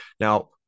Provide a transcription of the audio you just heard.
now